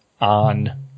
on